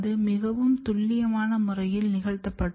அது மிகவும் துல்லியமான முறையில் நிகழ்த்தப்பட்டது